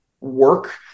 work